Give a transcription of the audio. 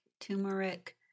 turmeric